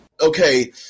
okay